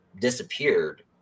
disappeared